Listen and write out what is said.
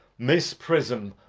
miss prism,